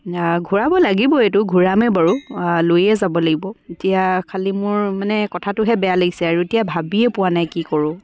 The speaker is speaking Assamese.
ঘূৰাব লাগিব এইটো ঘূৰামে বাৰু লৈয়ে যাব লাগিব এতিয়া খালি মোৰ মানে কথাটোহে বেয়া লাগিছে আৰু এতিয়া ভাবিয়ে পোৱা নাই কি কৰোঁ